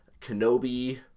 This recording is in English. Kenobi